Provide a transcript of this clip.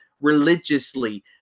religiously